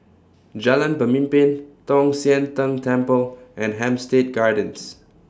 Jalan Pemimpin Tong Sian Tng Temple and Hampstead Gardens